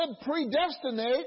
predestinate